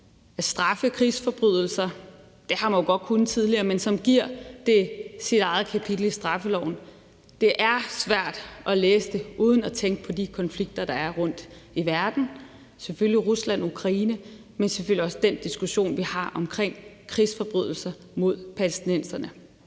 at straffe krigsforbrydelser – det har man jo godt kunnet tidligere, men nu giver man dem deres eget kapitel i straffeloven – uden at tænke på de konflikter, der er rundtom i verden. Man tænker selvfølgelig på Rusland og Ukraine, men selvfølgelig også på den diskussion, vi har omkring krigsforbrydelser mod palæstinenserne.